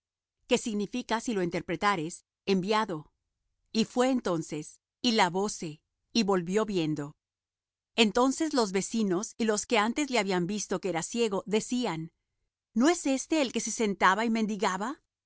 lávate en el estanque de siloé que significa si lo interpretares enviado y fué entonces y lavóse y volvió viendo entonces los vecinos y los que antes le habían visto que era ciego decían no es éste el que se sentaba y mendigaba